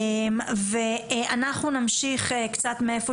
אנחנו נמשיך קצת מאיפה